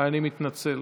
אני מתנצל.